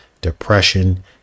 depression